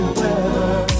weather